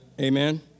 amen